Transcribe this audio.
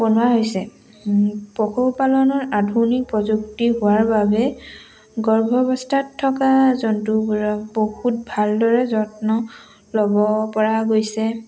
বনোৱা হৈছে পশুপালনৰ আধুনিক প্ৰযুক্তি হোৱাৰ বাবে গৰ্ভৱস্থাত থকা জন্তুবোৰক বহুত ভালদৰে যত্ন ল'ব পৰা গৈছে